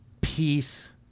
peace